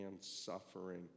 suffering